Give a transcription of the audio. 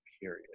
period